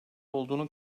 olduğunu